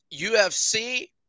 UFC